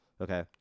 Okay